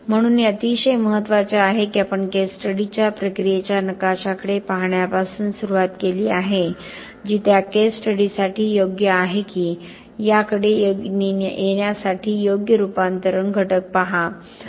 म्हणून हे अतिशय महत्त्वाचे आहे की आपण केस स्टडीच्या प्रक्रियेच्या नकाशाकडे पाहण्यापासून सुरुवात केली आहे जी त्या केस स्टडीसाठी योग्य आहे की याकडे येण्यासाठी योग्य रूपांतरण घटक पहा